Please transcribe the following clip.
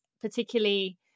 particularly